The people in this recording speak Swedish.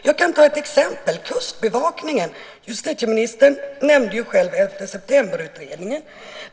Jag kan ta upp Kustbevakningen som exempel. Justitieministern nämnde 11 september-utredningen.